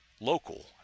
local